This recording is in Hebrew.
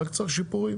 רק צריך שיפורים,